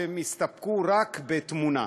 שהסתפקו רק בתמונה.